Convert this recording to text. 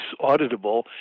auditable